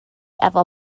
efo